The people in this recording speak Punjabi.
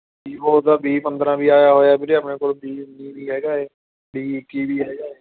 ਵੀਵੋ ਦਾ ਵੀ ਪੰਦਰਾਂ ਵੀ ਆਇਆ ਹੋਇਆ ਵੀਰੇ ਆਪਣੇ ਕੋਲ ਵੀ ਉੱਨੀ ਵੀ ਹੈਗਾ ਏ ਵੀ ਇੱਕੀ ਵੀ ਹੈਗਾ ਏ